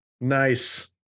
Nice